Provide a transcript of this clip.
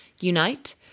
UNITE